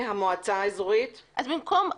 המועצה האזורית המתגוררים בתחומי המועצה.